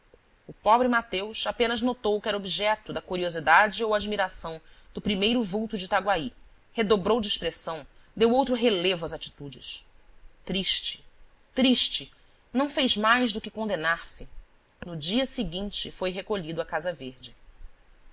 o pobre mateus apenas notou que era objeto da curiosidade ou admiração do primeiro volto de itaguaí redobrou de expressão deu outro relevo às atitudes triste triste não fez mais do que condenar se no dia seguinte foi recolhido à casa verde